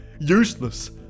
useless